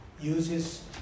uses